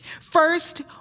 First